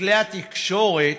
מכלי התקשורת,